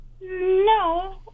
No